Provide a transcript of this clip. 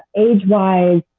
age wise,